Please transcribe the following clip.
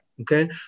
Okay